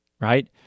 right